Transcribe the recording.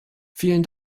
vielen